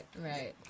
Right